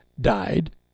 died